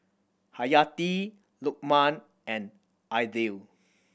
Hayati Lukman and Aidil